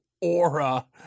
aura